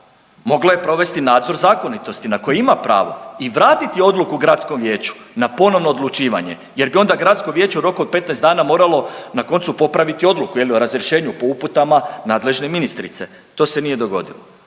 mogla je provesti nadzor zakonitosti na koje ima pravo i vratiti odluku gradskom vijeću na ponovno odlučivanje jer bi onda gradsko vijeće u roku od 15 dana moralo na koncu popraviti odluku je li o razrješenju po uputama nadležne ministrice. To se nije dogodilo.